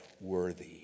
worthy